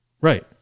Right